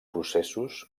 processos